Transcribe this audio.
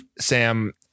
sam